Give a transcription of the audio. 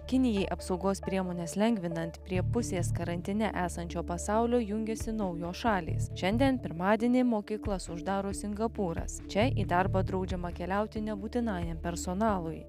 kinijai apsaugos priemones lengvinant prie pusės karantine esančio pasaulio jungiasi naujos šalys šiandien pirmadienį mokyklas uždaro singapūras čia į darbą draudžiama keliauti nebūtinajam personalui